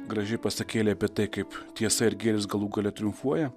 graži pasakėlė apie tai kaip tiesa ir gėris galų gale triumfuoja